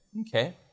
okay